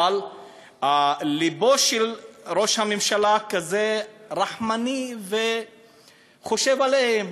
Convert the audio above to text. אבל לבו של ראש הממשלה כזה רחמני וחושב עליהם,